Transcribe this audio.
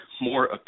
more